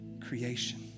creation